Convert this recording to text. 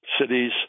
cities